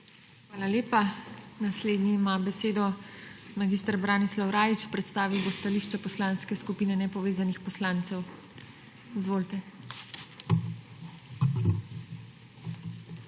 Hvala lepa. Naslednji ima besedo mag. Branislav Rajić, predstavil bo stališče Poslanske skupine nepovezanih poslancev. Izvolite.